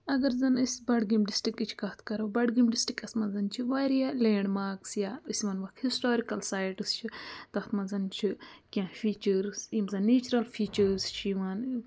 اَگر زَنہٕ أسۍ بَڈگٲمۍ ڈِسٹِرٛکٕچۍ کَتھ کَرو بَڈگٲمۍ ڈِسٹِرٛکَس منٛز چھِ واریاہ لینٛڈ مارکٕس یا أسۍ وَنہٕ ہوکھ ہِسٹورِکَل سایٹٕس چھِ تَتھ منٛز چھِ کیٚنٛہہ فیٖچٲرٕس یِم زَن نیچرَل فیٖچٲرٕس چھِ یِوان